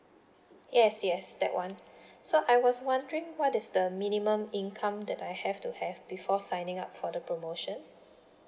yes yes that [one] so I was wondering what is the minimum income that I have to have before signing up for the promotion